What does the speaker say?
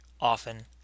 often